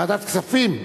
ועדת כספים?